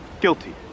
Guilty